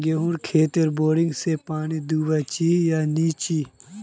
गेँहूर खेतोत बोरिंग से पानी दुबा चही या नी चही?